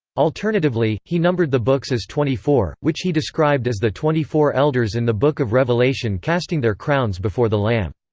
alternatively, he numbered the books as twenty four, which he described as the twenty four elders in the book of revelation casting their crowns before the lamb.